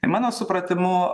mano supratimu